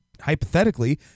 hypothetically